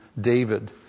David